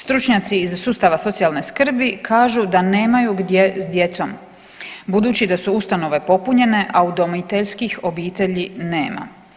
Stručnjaci iz sustava socijalne skrbi kažu da nemaju gdje s djecom budući da su ustanove popunjene, a udomiteljskih obitelji nema.